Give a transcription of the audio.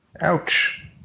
ouch